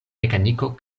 mekaniko